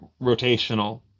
rotational